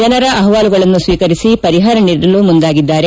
ಜನರ ಅವಹಾಲುಗಳನ್ನು ಸ್ವೀಕರಿಸಿ ಪರಿಹಾರ ನೀಡಲು ಮುಂದಾಗಿದ್ದಾರೆ